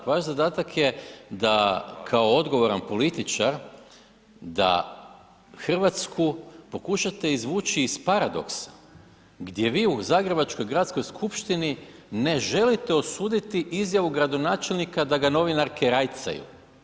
Vaš zadatak je da kao odgovoran političar, da Hrvatsku pokušate izvući iz paradoksa gdje vi u zagrebačkoj Gradskoj skupštini ne želite osuditi izjavu gradonačelnika da ga novinarke rajcaju.